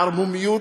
בערמומיות,